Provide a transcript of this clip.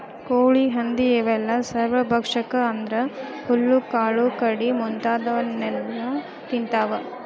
ಕೋಳಿ ಹಂದಿ ಇವೆಲ್ಲ ಸರ್ವಭಕ್ಷಕ ಅಂದ್ರ ಹುಲ್ಲು ಕಾಳು ಕಡಿ ಮುಂತಾದವನ್ನೆಲ ತಿಂತಾವ